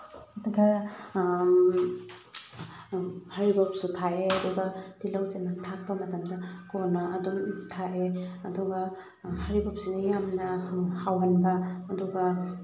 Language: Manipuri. ꯑꯗꯨꯒ ꯍꯩꯔꯤꯕꯣꯞꯁꯨ ꯊꯥꯛꯑꯦ ꯑꯗꯨꯒ ꯇꯤꯜꯍꯧ ꯆꯅꯝ ꯊꯥꯛꯄ ꯃꯇꯝꯗ ꯀꯣꯟꯅ ꯑꯗꯨꯝ ꯊꯥꯛꯑꯦ ꯑꯗꯨꯒ ꯍꯩꯔꯤꯕꯣꯞꯁꯤꯅ ꯌꯥꯝꯅ ꯍꯥꯎꯍꯟꯕ ꯑꯗꯨꯒ